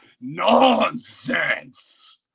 nonsense